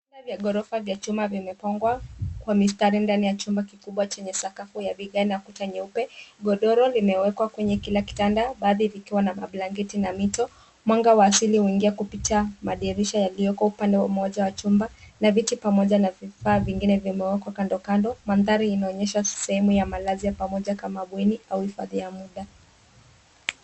Vitanda vya ghorofa vya chuma vimepangwa kwa mistari ndani ya chumba kikubwa chenye sakafu ya vigae na kuta nyeupe. Godoro limewekwa kwenye kila kitanda, baadhi zikiwa na blanketi na mito. Mwanga wa asili unaingia kupitia madirisha yaliyoko upande mmoja wa chumba na viti pamoja na vifaa vingine vimewekwa kando, kando. Mandhari inaonyesha sehemu ya malazi ya pamoja kama bweni au hifadhi ya muda.